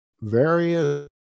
various